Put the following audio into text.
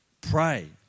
Pray